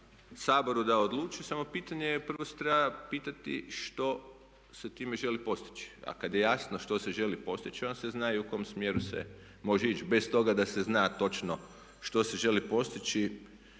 Saboru da odluči, samo pitanje je prvo se treba pitati što se time želi postići. A kad je jasno što se želi postići onda se zna i u kom smjeru se može ići bez toga da se zna točno što se želi postići